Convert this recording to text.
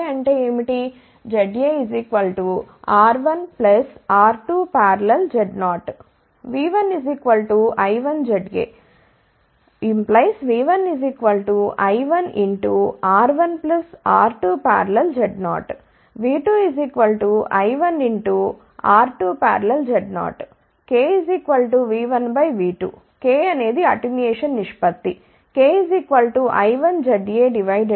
ZAR1R2Z0 V1I1ZAV1I1R1R2Z0 V2I1R2Z0 k V1V2 k అనేది attenuation నిష్పత్తి